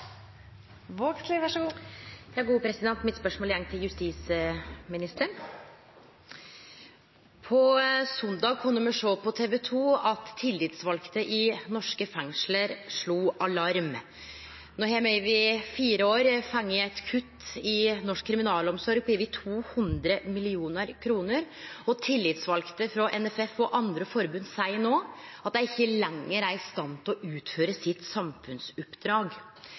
Mitt spørsmål går til justisministeren. På søndag kunne me sjå på TV 2 at tillitsvalde i norske fengsel slo alarm. Me har over fire år fått eit kutt i norsk kriminalomsorg på over 200 mill. kr, og tillitsvalde frå NFF, Norsk Fengsels- og Friomsorgsforbund, og andre forbund seier no at dei ikkje lenger er i stand til å utføre sitt samfunnsoppdrag.